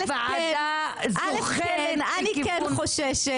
אחת, כן, אני כן חוששת.